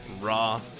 Raw